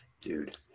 Dude